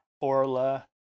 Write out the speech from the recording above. Orla